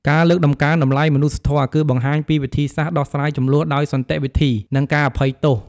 ការលើកតម្កើងតម្លៃមនុស្សធម៌ គឺបង្ហាញពីវិធីសាស្ត្រដោះស្រាយជម្លោះដោយសន្តិវិធី និងការអភ័យទោស។